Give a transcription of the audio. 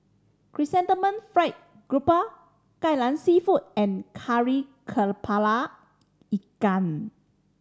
Chrysanthemum Fried Garoupa Kai Lan Seafood and Kari Kepala Ikan